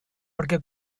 perquè